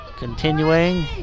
Continuing